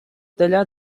теля